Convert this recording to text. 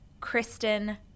Kristen